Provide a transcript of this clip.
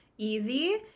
easy